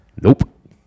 Nope